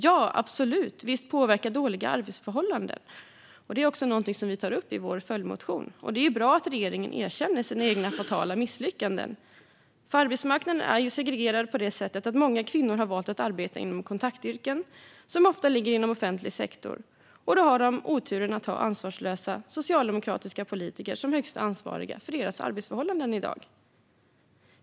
Ja, absolut - visst påverkar dåliga arbetsförhållanden. Det är någonting vi tar upp i vår följdmotion, och det är ju bra att regeringen erkänner sina egna fatala misslyckanden. Arbetsmarknaden är nämligen segregerad på så sätt att många kvinnor har valt att arbeta inom kontaktyrken, som ofta ligger inom offentlig sektor. Då har de i dag oturen att ha ansvarslösa socialdemokratiska politiker som högsta ansvariga för sina arbetsförhållanden.